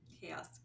chaos